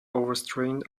overstrained